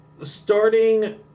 starting